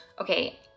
Okay